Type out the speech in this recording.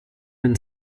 and